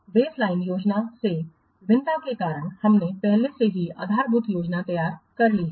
baseline योजना से भिन्नता के कारण हमने पहले से ही आधारभूत योजना तैयार कर ली है